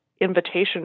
invitation